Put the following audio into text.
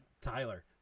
Tyler